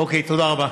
אוקיי, תודה רבה.